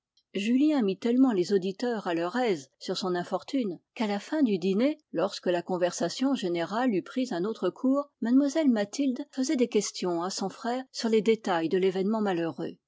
julien mit tellement les auditeurs à leur aise sur son infortune qu'à la fin du dîner lorsque la conversation générale eut pris un autre cours mlle mathilde faisait des questions à son frère sur les détails de l'événement malheureux